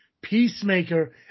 Peacemaker